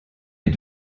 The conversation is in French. est